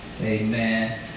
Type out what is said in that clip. Amen